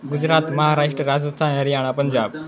Gujarat Maharashtra Rajasthan Haryana Punjab